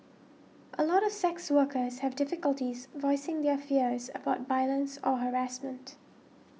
a lot of sex workers have difficulties voicing their fears about violence or harassment